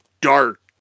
dark